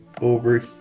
over